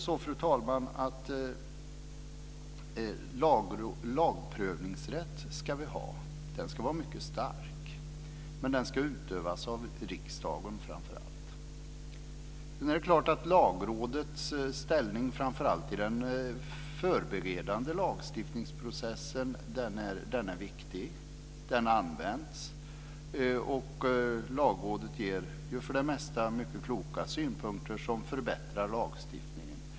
Vi ska ha en lagprövningsrätt. Den ska vara mycket stark, men den ska utövas av framför allt riksdagen. Lagrådets ställning i främst den förberedande lagstiftningsprocessen är viktig, och den används. Lagrådet ger för det mesta mycket kloka synpunkter som förbättrar lagstiftningen.